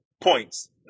points